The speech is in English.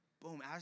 Boom